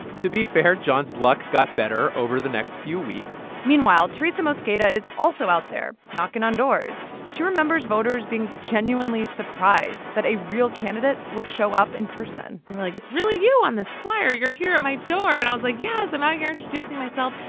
to be fair, jon's luck got better over the next few weeks meanwhile, teresa mosqueda is also out there, there, knocking on doors. she remembers voters being genuinely surprised that a real candidate would show up in person they were like, it's really you on this flyer. you're here at my door. and i was like, yes. i'm out here introducing myself.